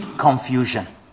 confusion